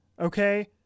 Okay